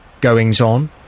goings-on